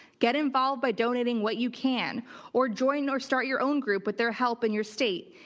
get involved by donating what you can or join or start your own group with their help in your state.